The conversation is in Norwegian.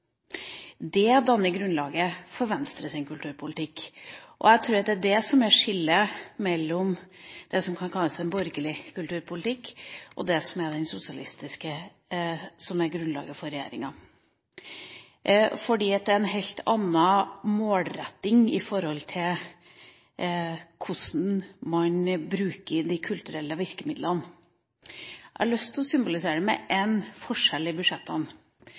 Dette danner grunnlaget for Venstres kulturpolitikk. Jeg tror at det som er skillet mellom det som kan kalles en borgerlig kulturpolitikk, og det som er den sosialistiske, som er grunnlaget for regjeringa, er at det er en helt annen målretting når det gjelder hvordan man bruker de kulturelle virkemidlene. Jeg har lyst til å illustrere det med én forskjell i